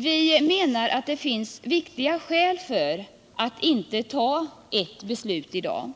Vi menar att det finns viktiga skäl för att inte fatta ett beslut i dag.